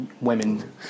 women